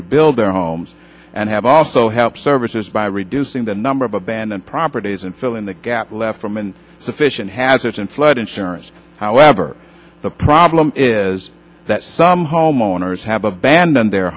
rebuild their homes and have also help services by reducing the number of abandoned properties and filling the gap left from and sufficient hazards in flood insurance however the problem is that some homeowners have abandoned their